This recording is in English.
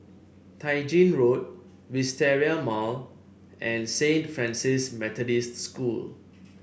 Tai Gin Road Wisteria Mall and Saint Francis Methodist School